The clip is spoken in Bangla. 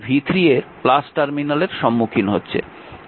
তারপর এই v3 এর টার্মিনালের সম্মুখীন হচ্ছে